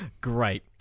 Great